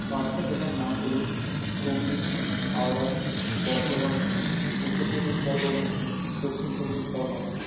পাঁচটা জেলার নাম হলো হুগলি হাওড়া বর্ধমান উত্তর চব্বিশ পরগনা দক্ষিণ চব্বিশ পরগনা